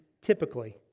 typically